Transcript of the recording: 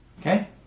Okay